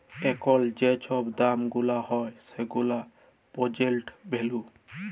এখল যে ছব দাম গুলা হ্যয় সেগুলা পের্জেল্ট ভ্যালু